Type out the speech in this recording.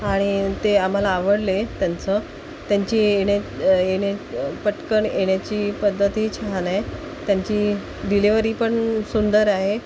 आणि ते आम्हाला आवडले त्यांचं त्यांची येणे येणे पटकन येण्याची पद्धतही छान आहे त्यांची डिलेवरी पण सुंदर आहे